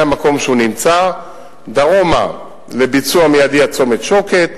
מהמקום שהוא נמצא דרומה לביצוע מיידי עד צומת שוקת,